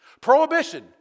Prohibition